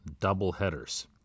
doubleheaders